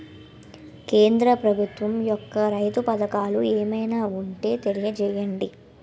కేంద్ర ప్రభుత్వం యెక్క రైతు పథకాలు ఏమైనా ఉంటే తెలియజేయండి?